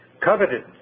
coveted